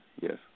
Yes